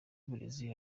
y’uburezi